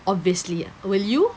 obviously will you